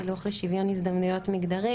לחינוך לשוויון הזדמנויות מגדרי